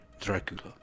Dracula